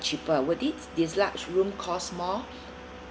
cheaper would this deluxe room cost more